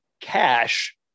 cash